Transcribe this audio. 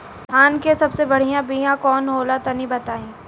धान के सबसे बढ़िया बिया कौन हो ला तनि बाताई?